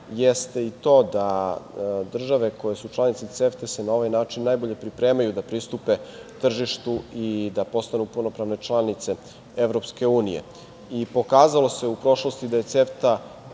jeste i to da države koje su članice CEFTA se na ovaj način najbolje pripremaju da pristupe tržištu i da postanu punopravne članice Evropske unije. Pokazalo se u prošlosti da je CEFTA